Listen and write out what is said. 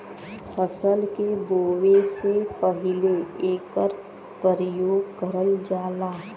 फसल के बोवे से पहिले एकर परियोग करल जाला